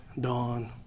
dawn